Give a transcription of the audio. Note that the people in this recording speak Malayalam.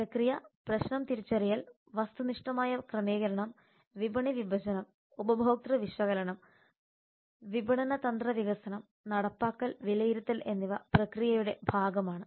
പ്രക്രിയ പ്രശ്നം തിരിച്ചറിയൽ വസ്തുനിഷ്ഠമായ ക്രമീകരണം വിപണി വിഭജനം ഉപഭോക്തൃ വിശകലനം വിപണന തന്ത്ര വികസനം നടപ്പാക്കൽ വിലയിരുത്തൽ എന്നിവ പ്രക്രിയയുടെ ഭാഗമാണ്